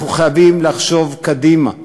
אנחנו חייבים לחשוב קדימה,